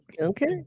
okay